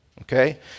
okay